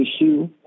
issue